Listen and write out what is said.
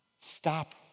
stop